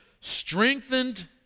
strengthened